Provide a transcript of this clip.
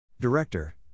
Director